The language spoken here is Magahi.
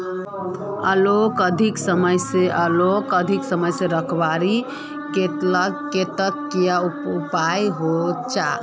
आलूक अधिक समय से रखवार केते की उपाय होचे?